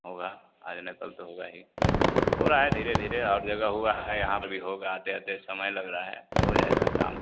होगा आज नहीं कल तो होगा ही हो रहा है धीरे धीरे और जगह हुआ है यहाँ पर भी होगा आते आते समय लग रहा है हो जाएगा काम